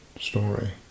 story